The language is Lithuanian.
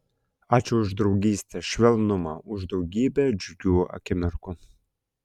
ačiū už draugystę švelnumą už daugybę džiugių akimirkų